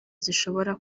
zishobora